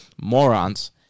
Morons